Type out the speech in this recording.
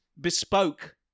bespoke